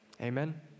Amen